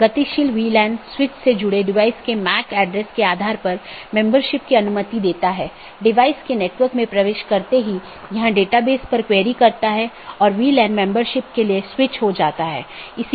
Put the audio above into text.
एक गैर मान्यता प्राप्त ऑप्शनल ट्रांसिटिव विशेषता के साथ एक पथ स्वीकार किया जाता है और BGP साथियों को अग्रेषित किया जाता है